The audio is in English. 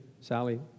Sally